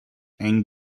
and